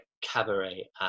cabaret